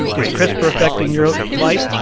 is crispr affecting your life?